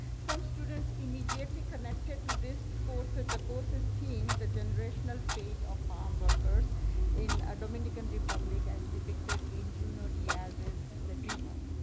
some students immediately connected to this course of the course's team the generational fate of farm workers in dominican republic as depicted in junot diaz's the dreamer.